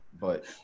but-